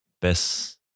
best